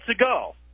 ago